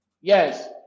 yes